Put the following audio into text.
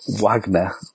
Wagner